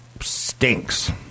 stinks